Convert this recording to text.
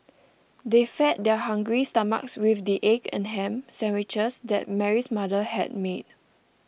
they fed their hungry stomachs with the egg and ham sandwiches that Mary's mother had made